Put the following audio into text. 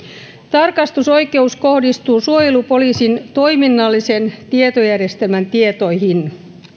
tarkastusoikeus kohdistuu suojelupoliisin toiminnallisen tietojärjestelmän tietoihin